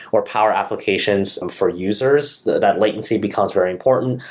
or power applications and for users, that that latency becomes very important,